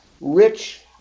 rich